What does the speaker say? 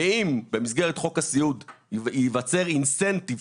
ואם במסגרת חוק הסיעוד ייווצר אינסנטיב,